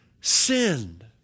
sinned